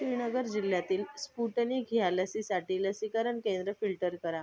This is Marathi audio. श्रीनगर जिल्ह्यातील स्पुतनिक ह्या लसीसाठी लसीकरण केंद्र फिल्टर करा